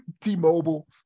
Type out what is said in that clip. T-Mobile